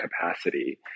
capacity